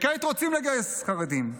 כעת רוצים לגייס חרדים,